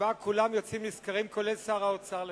שממנה כולם יוצאים נשכרים, לרבות שר האוצר לשעבר.